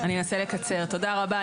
אני אנסה לקצר, תודה רבה.